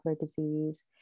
disease